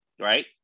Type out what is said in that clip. right